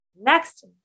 next